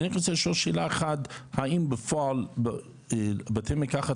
אני רק רוצה לשאול שאלה אחת: האם בפועל בתי המרקחת